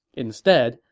instead,